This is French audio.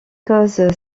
causes